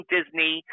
Disney